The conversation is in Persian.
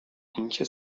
اینکه